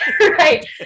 Right